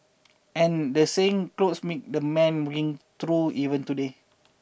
and the saying clothes make the man rings true even today